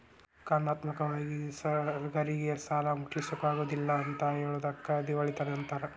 ಕಾನೂನಾತ್ಮಕ ವಾಗಿ ಸಾಲ್ಗಾರ್ರೇಗೆ ಸಾಲಾ ಮುಟ್ಟ್ಸ್ಲಿಕ್ಕಗೊದಿಲ್ಲಾ ಅಂತ್ ಹೆಳೊದಕ್ಕ ದಿವಾಳಿತನ ಅಂತಾರ